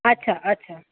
अच्छा अच्छा